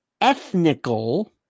ethnical